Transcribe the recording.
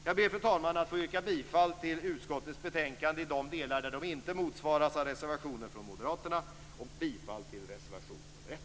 Jag ber att få yrka på godkännande av utskottets anmälan i de delar där den inte motsvaras av reservationer från moderaterna och godkännande av anmälan i reservation nr 1.